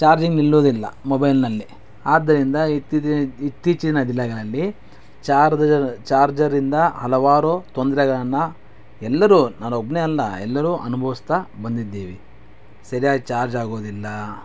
charging ನಿಲ್ಲುವುದಿಲ್ಲ ಮೊಬೈಲ್ನಲ್ಲಿ ಆದ್ದರಿಂದ ಇತ್ತೀಚಿ ಇತ್ತೀಚಿನ ದಿನಗಳಲ್ಲಿ ಚಾರ್ಜ್ ಚಾರ್ಜರಿಂದ ಹಲವಾರು ತೊಂದರೆಗಳನ್ನು ಎಲ್ಲರೂ ನಾನೊಬ್ಬನೇ ಅಲ್ಲ ಎಲ್ಲರೂ ಅನುಭವಿಸ್ತಾ ಬಂದಿದ್ದೀವಿ ಸರಿಯಾಗಿ ಚಾರ್ಜ್ ಆಗೋದಿಲ್ಲ